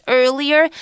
earlier